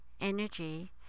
Energy